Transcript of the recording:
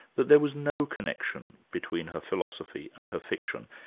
that there was no connection between her philosophy and her fiction.